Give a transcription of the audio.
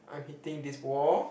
I'm hitting this wall